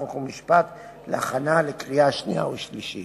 חוק ומשפט להכנה לקריאה השנייה ולקריאה השלישית.